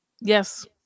Yes